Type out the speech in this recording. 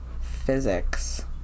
physics